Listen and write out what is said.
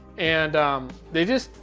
and they just,